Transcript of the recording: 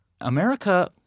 America